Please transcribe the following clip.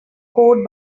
code